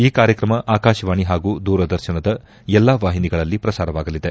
ಈ ಕಾರ್ಯಕ್ರಮ ಆಕಾಶವಾಣಿ ಹಾಗೂ ದೂರದರ್ಶನದ ಎಲ್ಲಾ ವಾಹಿನಿಗಳಲ್ಲಿ ಪ್ರಸಾರವಾಗಲಿದೆ